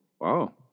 wow